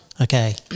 Okay